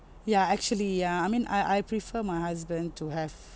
ya actually ya I mean I I prefer my husband to have